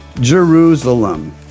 Jerusalem